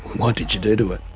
what did you do to it?